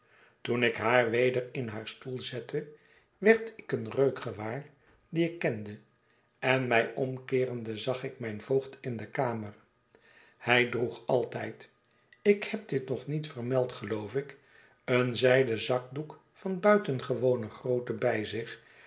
toen ik haar weder in haar stoelzette werd ik een reuk gewaar dien ik kende en mij omkeerende zag ik mijn voogd in de kamer hij droeg altijd ik heb dit nog niet vermeld geloof ik een zijden zakdoek van buitengewone grootte bij zich